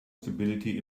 stability